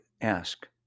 ask